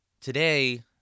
today